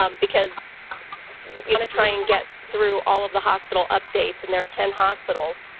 um because we want to try and get through all of the hospital updates and there are ten hospitals